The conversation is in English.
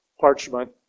parchment